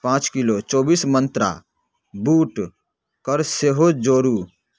पाँच किलो चौबीस मन्त्रा बूट कर सेहो जोड़ु